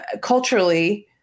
culturally